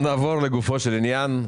נעבור לגופו של עניין.